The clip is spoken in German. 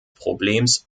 problems